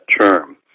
term